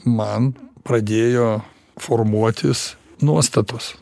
man pradėjo formuotis nuostatos